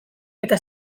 eta